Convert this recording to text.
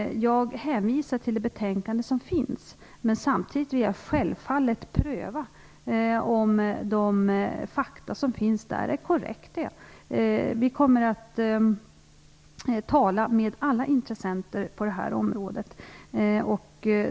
Jag hänvisar till det betänkande som finns, men vill självfallet samtidigt pröva om de fakta som finns där är korrekta. Vi kommer att tala med alla intressenter på det här området.